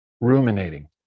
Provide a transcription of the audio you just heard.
ruminating